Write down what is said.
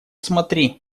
смотри